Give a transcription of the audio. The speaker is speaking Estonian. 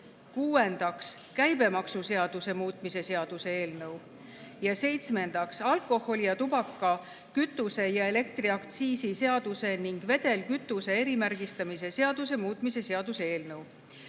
Kuuendaks, käibemaksuseaduse muutmise seaduse eelnõu. Seitsmendaks, alkoholi‑, tubaka‑, kütuse‑ ja elektriaktsiisi seaduse ning vedelkütuse erimärgistamise seaduse muutmise seaduse eelnõu.